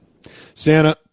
Santa